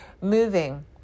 moving